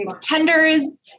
tenders